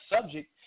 subject